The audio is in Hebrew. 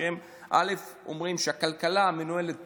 והם קודם כול אומרים שהכלכלה מנוהלת